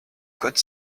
code